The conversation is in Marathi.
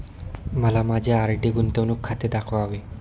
मला माझे आर.डी गुंतवणूक खाते दाखवावे